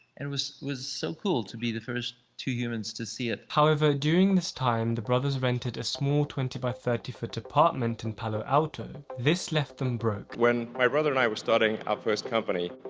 and was was so cool to be the first two humans to see it. however, during this time the brothers rented a small twenty by thirty foot apartment in palo alto. this left them broke. when my brother and i were starting our first company,